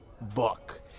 book